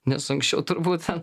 nes anksčiau turbūt ten